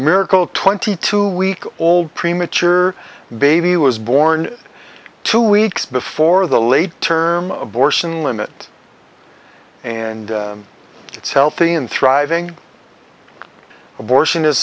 miracle twenty two week old premature baby was born two weeks before the late term abortion limit and it's healthy and thriving abortion is